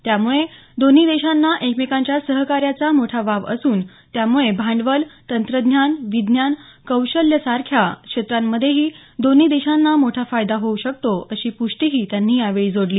त्यामुळे दोन्ही देशांना एकमेकांच्या सहकार्याचा मोठा वाव असून त्याम़ळे भांडवल तंत्रज्ञान विज्ञान कौशल्य यांसारख्या क्षेत्रांमध्ये दोन्ही देशांचा मोठा फायदा होऊ शकतो अशी पुष्टीही त्यांनी यावेळी जोडली